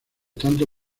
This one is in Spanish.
tanto